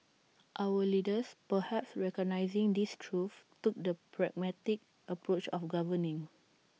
our leaders perhaps recognising this truth took the pragmatic approach of governing